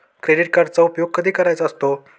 Credit कार्डचा उपयोग कधी करायचा असतो?